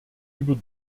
über